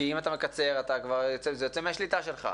כי אם אתה מקצר, זה יוצא מהשליטה שלך.